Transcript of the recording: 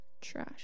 Trash